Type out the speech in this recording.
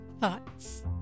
Thoughts